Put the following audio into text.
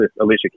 Alicia